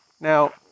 Now